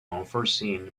unforeseen